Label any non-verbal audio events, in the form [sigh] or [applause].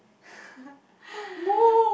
[laughs]